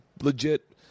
legit